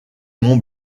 mont